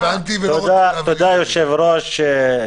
היושב-ראש,